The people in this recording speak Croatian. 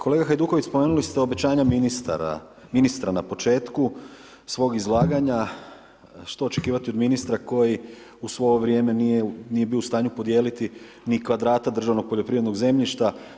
Kolega Hajduković spomenuli ste obećanja ministra na početku svog izlaganja, što očekivati od ministra koji u svo ovo vrijeme nije bio u stanju podijeliti ni kvadrata državnog poljoprivrednog zemljišta.